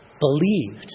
believed